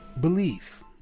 belief